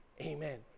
amen